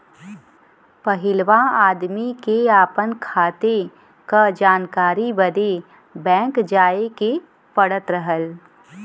पहिलवा आदमी के आपन खाते क जानकारी बदे बैंक जाए क पड़त रहल